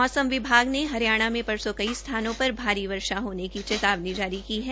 मौसम विभाग ने हरियाणा मे परसो कई स्थानों पर भारी वर्षा होने की चेतावनी जारी की है